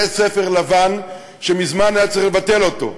זה ספר לבן שמזמן היה צריך לבטל אותו.